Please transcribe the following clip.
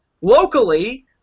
locally